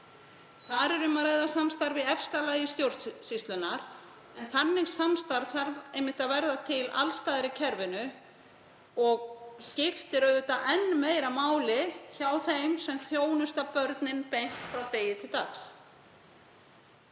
Þar er um að ræða samstarf í efsta lagi stjórnsýslunnar, en þannig samstarf þarf einmitt að verða til alls staðar í kerfinu og skiptir auðvitað enn meira máli hjá þeim sem þjónusta börnin beint frá degi til dags.